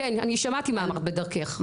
כן, אני שמעתי מה אמרת בדרכך.